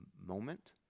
moment